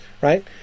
right